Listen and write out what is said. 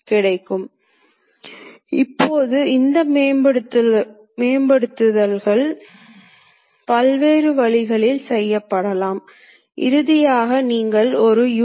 எனவே நான்கு ஒருங்கிணைப்புக்கள் இவை X 300 X 500 X 200 பின்னர் இறுதியாக X என்று ஆகும்